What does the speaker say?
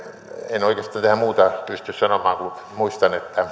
en oikeastaan tähän muuta pysty sanomaan kuin että muistan että